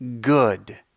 good